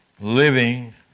living